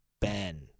Ben